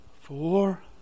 four